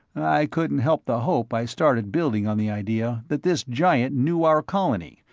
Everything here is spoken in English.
i couldn't help the hope i started building on the idea that this giant knew our colony,